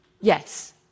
Yes